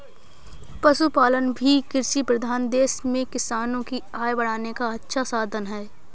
पशुपालन भी कृषिप्रधान देश में किसानों की आय बढ़ाने का अच्छा साधन है